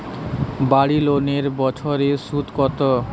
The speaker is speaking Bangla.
বাড়ি লোনের বছরে সুদ কত?